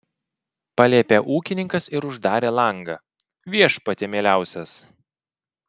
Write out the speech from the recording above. paliepė ūkininkas ir uždarė langą viešpatie mieliausias